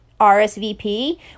RSVP